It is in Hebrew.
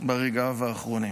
ברגעיו האחרונים.